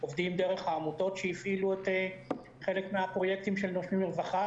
עובדים דרך עמותות שהפעילו חלק מהפרויקטים של "נושמים לרווחה",